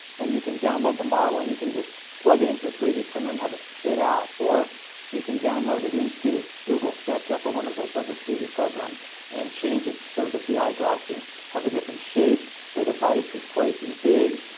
and you can download the model, and you can just plug it into a three d printer and have it spit out. or you can download it into google sketchup or one of those other three d programs and change it so that the eyeglasses have a different shape or the vise is twice as big